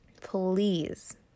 Please